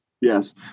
Yes